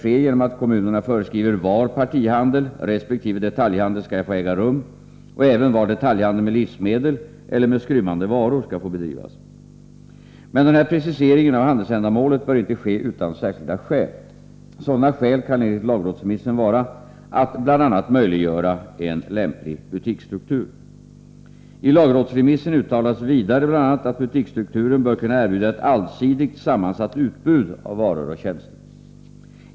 ske genom att kommunerna föreskriver var partihandel resp. detaljhandel skall få äga rum och även var detaljhandel med livsmedel eller med skrymmande varor skall få bedrivas. Men denna precisering av handelsändamålet bör inte ske utan särskilda skäl. Sådana skäl kan enligt lagrådsremissen vara att bl.a. möjliggöra en lämplig butiksstruktur. I lagrådsremissen uttalas vidare bl.a. att butiksstrukturen bör kunna erbjuda ett allsidigt sammansatt utbud av varor och tjänster.